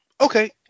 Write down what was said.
okay